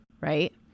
Right